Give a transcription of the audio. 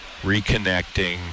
reconnecting